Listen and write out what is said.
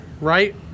right